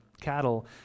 cattle